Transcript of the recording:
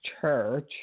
church